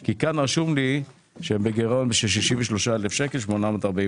כי כאן רשום לי שהם בגירעון של 63,849 שקלים.